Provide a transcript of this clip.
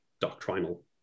doctrinal